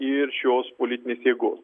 ir šios politinės jėgos